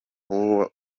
uyu